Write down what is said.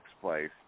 place